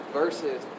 versus